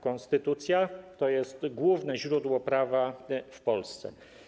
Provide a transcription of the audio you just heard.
Konstytucja to główne źródło prawa w Polsce.